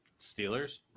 Steelers